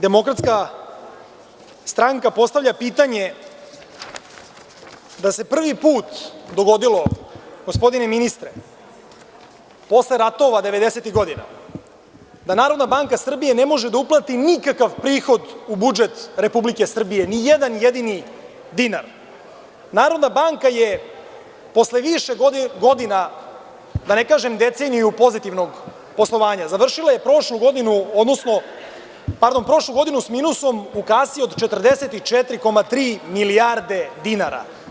Demokratska stranka postavlja pitanje, da se prvi put dogodilo, gospodine ministre, posle ratova devedesetih godina, da NBS ne može da uplati nikakav prihod u budžet Republike Srbije, ni jedan jedini dinar, NBS je posle više godina, da ne kažem deceniju pozitivnog poslovanja, završila je prošlu godinu sa minusom u kasi od 44,3 milijarde dinara.